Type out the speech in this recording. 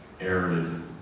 arid